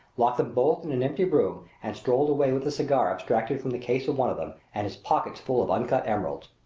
locked them both in an empty room, and strolled away with a cigar abstracted from the case of one of them and his pockets full of uncut emeralds.